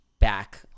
back